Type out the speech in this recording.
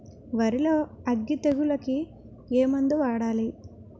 వరిలో అగ్గి తెగులకి ఏ మందు వాడాలి?